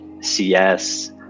cs